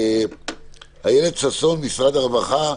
אילת ששון, משרד הרווחה,